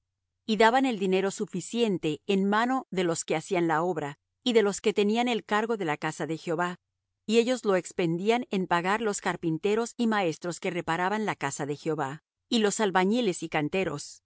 y daban el dinero suficiente en mano de los que hacían la obra y de los que tenían el cargo de la casa de jehová y ellos lo expendían en pagar los carpinteros y maestros que reparaban la casa de jehová y los albañiles y canteros y